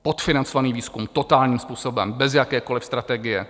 Podfinancovaný výzkum totálním způsobem, bez jakékoliv strategie.